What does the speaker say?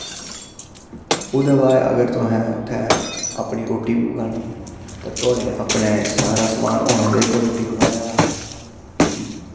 ओह्दे बाद अगर तुसें उत्थें अपनी रोटी बी पकानी ऐ ते थुआढ़े अपना सारा समान होना चाहिदा रोटी पकानै आह्ला